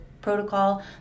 protocol